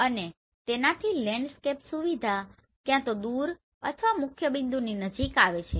અને તેનાથી લેન્ડસ્કેપ સુવિધા ક્યાં તો દૂર અથવા મુખ્યબિંદુની નજીક આવે છે